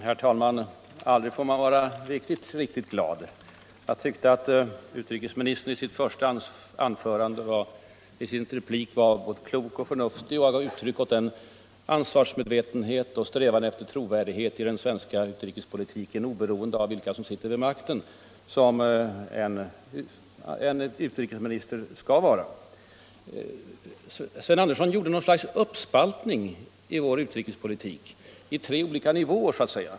Herr talman! Aldrig får man vara riktigt, riktigt glad. Jag tyckte att utrikesministern i sin första replik var både klok och förnuftig och gav uttryck åt den ansvarsmedvetenhet och strävan efter trovärdighet i den svenska utrikespolitiken, oberoende av vilka som sitter vid makten, som en utrikesminister bör ge uttryck åt. Sedan gjorde emellertid Sven Andersson något slags uppspaltning i vår utrikespolitik, i tre olika nivåer så att säga.